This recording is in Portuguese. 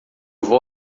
vou